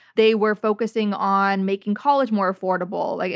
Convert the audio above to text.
they were focusing on making college more affordable, like